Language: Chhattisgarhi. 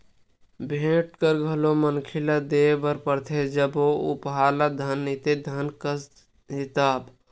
भेंट कर घलो मनखे ल देय बर परथे जब ओ उपहार ह धन नइते धन कस हे तब